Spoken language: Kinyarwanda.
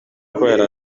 kubera